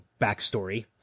backstory